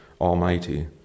Almighty